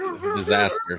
disaster